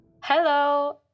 Hello